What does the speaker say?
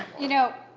you know,